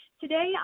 today